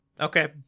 Okay